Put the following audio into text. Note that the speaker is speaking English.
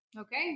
Okay